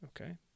Okay